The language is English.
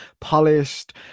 polished